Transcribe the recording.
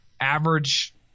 average